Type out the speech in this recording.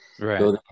Right